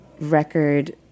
record